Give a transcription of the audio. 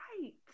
right